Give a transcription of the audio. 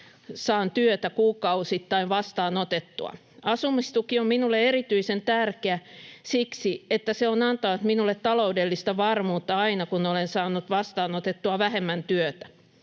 saan työtä kuukausittain vastaanotettua. Asumistuki on minulle erityisen tärkeä siksi, että se on antanut minulle taloudellista varmuutta aina, kun olen saanut vastaanotettua vähemmän työtä.